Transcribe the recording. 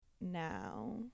now